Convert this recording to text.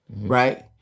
right